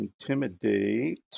intimidate